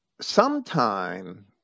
Sometime